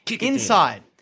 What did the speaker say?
Inside